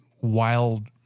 wild